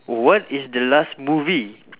what is the last movie